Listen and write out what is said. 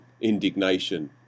indignation